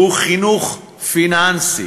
והוא חינוך פיננסי